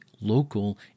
local